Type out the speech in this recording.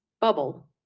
bubble